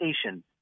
station